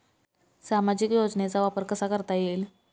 सामाजिक योजनेचा वापर कसा करता येईल?